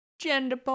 gender